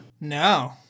No